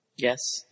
Yes